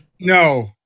No